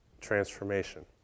transformation